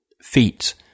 feet